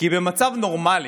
כי במצב נורמלי,